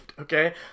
okay